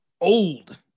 Old